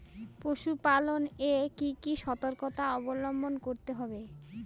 পশুপালন এ কি কি সর্তকতা অবলম্বন করতে হবে?